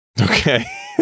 Okay